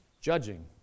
Judging